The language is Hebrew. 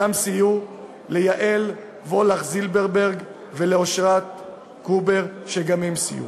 ליהל וולך-זילברברג ולאושרת קובר, שגם הן סייעו.